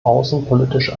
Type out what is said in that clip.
außenpolitisch